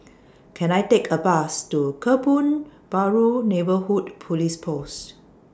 Can I Take A Bus to Kebun Baru Neighbourhood Police Post